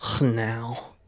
now